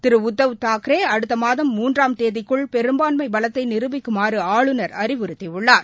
திருஉத்தவ் தாக்கரேஅடுத்தமாதம் மூன்றாம் தேதிக்குள் பெரும்பான்மைபலத்தைநிரூபிக்குமாறுஆளுநர் அறிவுறுத்தியுள்ளார்